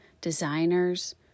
designers